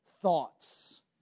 thoughts